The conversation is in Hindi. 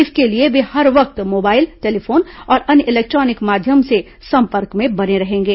इसके लिए वे हर वक्त मोबाइल टेलीफोन और अन्य इलेक्ट्रॉनिक माध्यम से संपर्क में बने रहेंगे